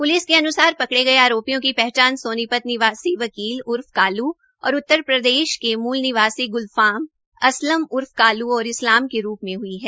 police के अन्सार पकड़े गये आरोपियों की पहचान सोनीपत निवासी वकील वकील उर्फ कालू और उत्तर प्रदेश के मूल निवासी ग्लफाम असलम उर्फ कालू और इस्लाम के रूप में हई है